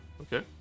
Okay